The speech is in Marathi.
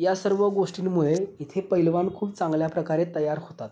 या सर्व गोष्टींमुळे इथे पैलवान खूप चांगल्या प्रकारे तयार होतात